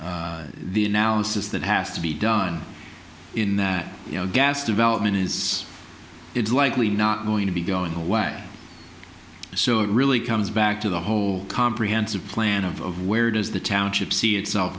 the analysis that has to be done in that you know gas development is it's likely not going to be going away so it really comes back to the whole comprehensive plan of of where does the township see itself